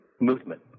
movement